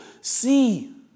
see